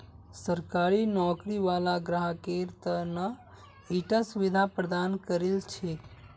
सरकारी नौकरी वाला ग्राहकेर त न ईटा सुविधा प्रदान करील छेक